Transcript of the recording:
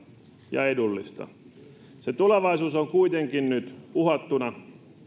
ja edullista sen tulevaisuus on kuitenkin nyt uhattuna